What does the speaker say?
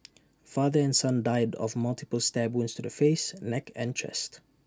father and son died of multiple stab wounds to the face neck and chest